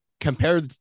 compare